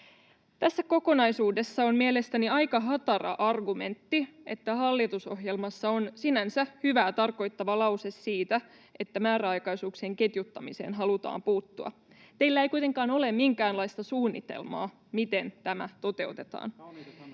Tässä kokonaisuudessa on mielestäni aika hatara argumentti, että hallitusohjelmassa on sinänsä hyvää tarkoittava lause siitä, että määräaikaisuuksien ketjuttamiseen halutaan puuttua. Teillä ei kuitenkaan ole minkäänlaista suunnitelmaa, miten tämä toteutetaan.